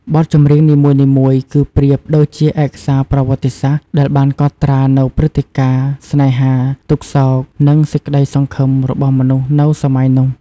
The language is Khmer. បទចម្រៀងនីមួយៗគឺប្រៀបដូចជាឯកសារប្រវត្តិសាស្ត្រដែលបានកត់ត្រានូវព្រឹត្តិការណ៍ ស្នេហា ទុក្ខសោក និងសេចក្ដីសង្ឃឹមរបស់មនុស្សនៅសម័យនោះ ។